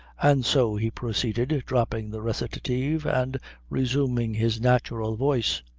and so, he proceeded, dropping the recitative, and resuming his natural voice